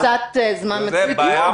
זו פצצת זמן מתקתקת.